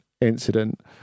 incident